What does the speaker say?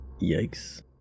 Yikes